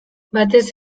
batez